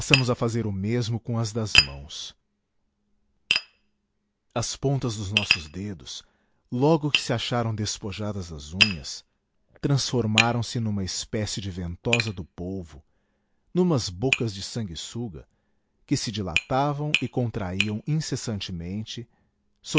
a fazer o mesmo com as das mãos ás pontas dos nossos dedos logo que se acharam despojadas das unhas transformaram-se numa espécie de ventosa do polvo numas bocas de sanguessuga que se dilatavam e contraíam incessantemente